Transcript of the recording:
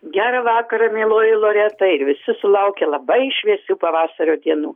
gerą vakarą mieloji loreta ir visi sulaukę labai šviesių pavasario dienų